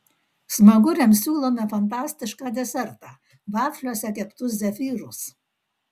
smaguriams siūlome fantastišką desertą vafliuose keptus zefyrus